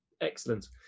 excellent